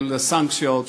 של סנקציות,